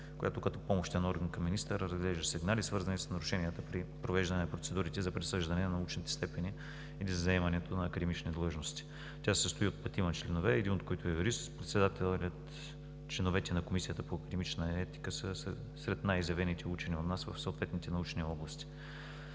която като помощен орган към министъра разглежда сигнали, свързани с нарушенията при провеждане на процедурите за присъждане на научните степени или за заемането на академични длъжности. Тя се състои от петима членове, един от които е юрист. Членовете на Комисията по академична етика са сред най-изявените учени у нас в съответните научни области.